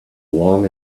long